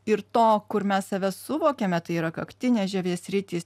ir to kur mes save suvokiame tai yra kaktinės žievės sritys